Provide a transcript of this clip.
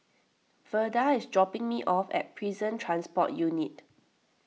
Verda is dropping me off at Prison Transport Unit